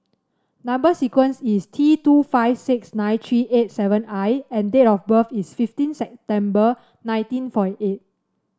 number sequence is T two five six nine three eight seven I and date of birth is fifteen September nineteen forty eight